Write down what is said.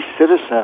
citizen